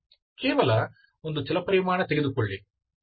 ಕೇವಲ ಒಂದು ಚಲಪರಿಮಾಣ ತೆಗೆದುಕೊಳ್ಳಿ